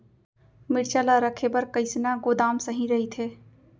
मिरचा ला रखे बर कईसना गोदाम सही रइथे?